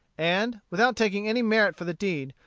and, without taking any merit for the deed,